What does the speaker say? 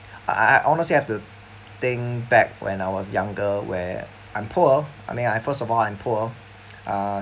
I I honestly have to think back when I was younger where I'm poor I mean I first of all I'm poor